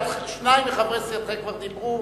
שניים מחברי סיעתך כבר דיברו.